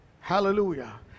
hallelujah